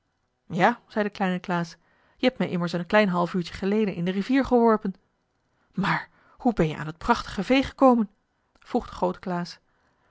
ja zei de kleine klaas je hebt mij immers een klein half uurtje geleden in de rivier geworpen maar hoe ben je aan dat prachtige vee gekomen vroeg de groote klaas